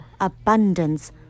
abundance